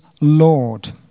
Lord